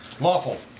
Lawful